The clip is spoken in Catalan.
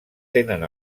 tenen